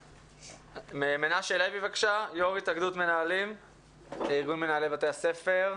מנשה לוי, יו"ר התאגדות מנהלי בתי הספר,